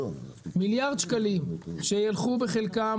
מיליארד שקלים שיילכו בחלקם,